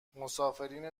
مسافرین